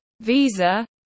visa